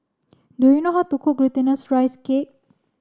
do you know how to cook glutinous rice cake